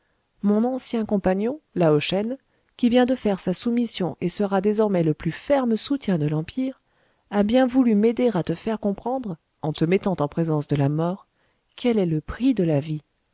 mon ancien compagnon lao shen qui vient de faire sa soumission et sera désormais le plus ferme soutien de l'empire a bien voulu m'aider à te faire comprendre en te mettant en présence de la mort quel est le prix de la vie